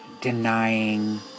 denying